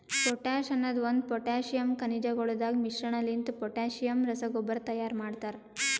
potash ಅನದ್ ಒಂದು potassium ಖನಿಜಗೊಳದಾಗ್ ಮಿಶ್ರಣಲಿಂತ ಪೊಟ್ಯಾಸಿಯಮ್ ರಸಗೊಬ್ಬರ ತೈಯಾರ್ ಮಾಡ್ತರ